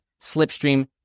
Slipstream